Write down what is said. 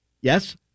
Yes